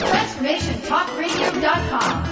TransformationTalkRadio.com